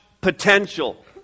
potential